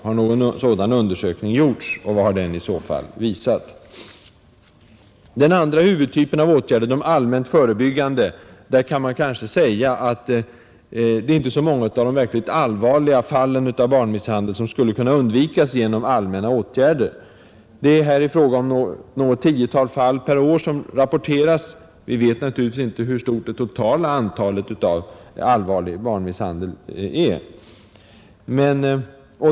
Har någon sådan undersökning gjorts och vad har den i så fall visat? Beträffande den andra huvudtypen av åtgärder, de allmänt förebyggande, kan man säga att det inte är så många av de verkligt allvarliga fallen av barnmisshandel som skulle kunna undvikas genom allmänna åtgärder. Det är här fråga om något tiotal fall per år som rapporterats. Vi vet naturligtvis inte hur stort det totala antalet av allvarlig barnmisshandel är.